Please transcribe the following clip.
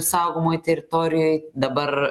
saugomoj teritorijoj dabar